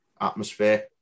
atmosphere